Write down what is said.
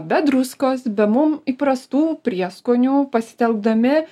be druskos be mum įprastų prieskonių pasitelkdami